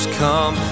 come